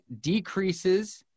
decreases